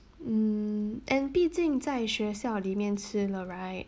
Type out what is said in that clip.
mm and 毕竟在学校里面吃了 right